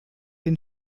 den